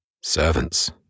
Servants